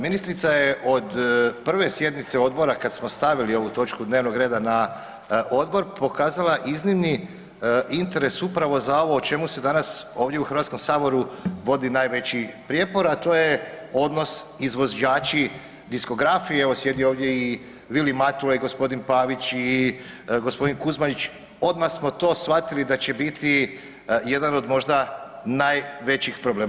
Ministrica je od prve sjednice odbora kada smo stavili ovu točku dnevnog reda na odbor pokazala iznimni interes u pravo za ovo o čemu se danas ovdje u HS-u vodi najveći prijepor, a to je odnos izvođači diskografije, evo sjedi ovdje i Vilim Matula i g. Pavić i g. Kuzmanić odmah smo to shvatili da će biti jedan od možda najvećih problema.